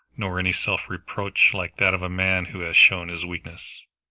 nor any self-reproach like that of a man who has shown his weakness.